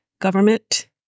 government